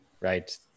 right